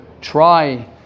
try